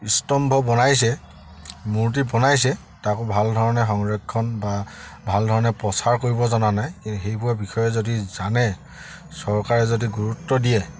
স্তম্ভ বনাইছে মূৰ্তি বনাইছে তাকো ভাল ধৰণে সংৰক্ষণ বা ভাল ধৰণে প্ৰচাৰ কৰিব জনা নাই কিন্তু সেইবোৰৰ বিষয়ে যদি জানে চৰকাৰে যদি গুৰুত্ব দিয়ে